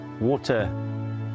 water